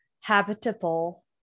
habitable